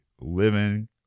living